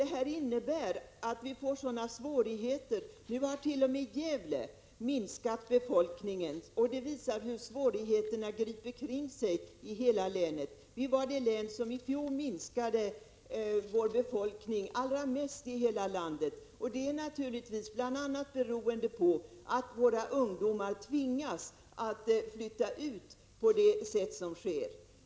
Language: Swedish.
Detta innebär att vi får stora svårigheter. Nu har t.o.m. Gävles befolkning minskat. Det visar hur svårigheterna sprider sig i hela länet. Gävleborgs län var det län vars befolkning i fjol minskade mest i hela landet. Det beror naturligtvis bl.a. på att våra ungdomar tvingas flytta ut från länet på det sätt som sker.